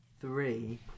three